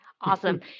Awesome